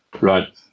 Right